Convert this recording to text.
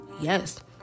Yes